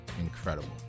Incredible